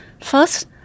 first